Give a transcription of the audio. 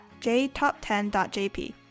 jtop10.jp